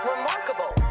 Remarkable